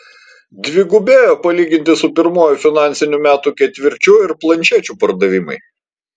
dvigubėjo palyginti su pirmuoju finansinių metų ketvirčiu ir planšečių pardavimai